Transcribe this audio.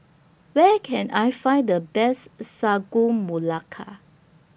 Where Can I Find The Best Sagu Melaka